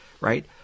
right